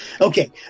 Okay